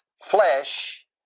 flesh